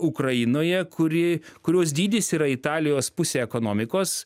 ukrainoje kuri kurios dydis yra italijos pusė ekonomikos